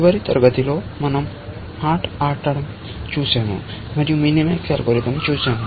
చివరి తరగతిలో మనం ఆట ఆడటం చూశాము మరియు మినిమాక్స్ అల్గోరిథం చూశాము